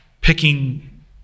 picking